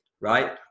right